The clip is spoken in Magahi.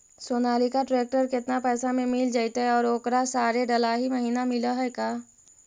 सोनालिका ट्रेक्टर केतना पैसा में मिल जइतै और ओकरा सारे डलाहि महिना मिलअ है का?